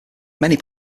many